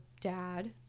dad